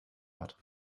hat